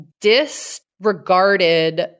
disregarded